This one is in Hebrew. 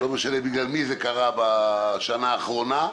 ולא משנה בגלל מי זה קרה בשנה האחרונה,